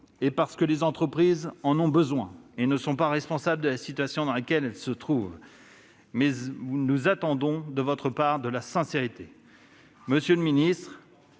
le choix. Les entreprises en ont besoin ; elles ne sont pas responsables de la situation dans laquelle elles se trouvent. Mais nous attendons de votre part de la sincérité. Monsieur le ministre,